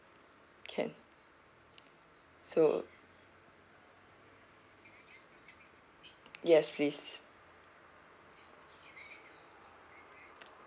can so yes please